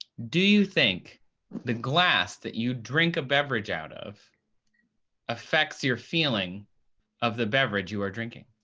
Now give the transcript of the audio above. do you think the glass that you drink a beverage out of affects your feeling of the beverage you are drinking?